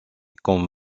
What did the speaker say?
comme